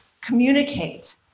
communicate